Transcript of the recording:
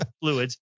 fluids